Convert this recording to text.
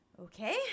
Okay